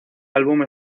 álbum